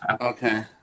okay